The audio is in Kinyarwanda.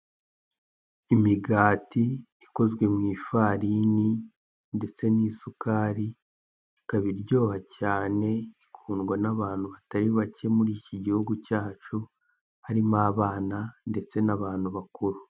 Imigati ikozwe mu ifarini ndetse n'isukari ikaba iryoha cyane ikundwa n'abantu batari bake muri iki gihugu cyacu harimo abana ndetse n'abantu bakuru.